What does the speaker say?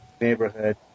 neighborhood